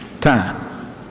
time